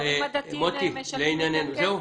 שההורים הדתיים משלמים יותר כסף.